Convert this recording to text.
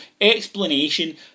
explanation